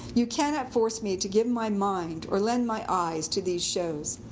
you cannot force me to give my mind or lend my eyes to these shows.